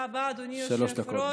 תודה רבה, אדוני היושב-ראש.